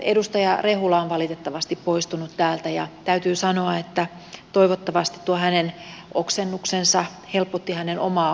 edustaja rehula on valitettavasti poistunut täältä ja täytyy sanoa että toivottavasti tuo hänen oksennuksensa helpotti hänen omaa oloaan